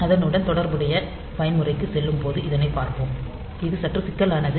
அதனுடன் தொடர்புடைய பயன்முறைக்கு செல்லும்போது இதனைப் பார்ப்போம் இது சற்று சிக்கலானது